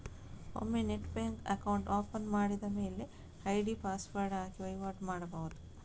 ಒಮ್ಮೆ net bank account open ಮಾಡಿದ ಮೇಲೆ ಐಡಿ ಪಾಸ್ವರ್ಡ್ ಹಾಕಿ ವೈವಾಟು ಮಾಡ್ಬಹುದು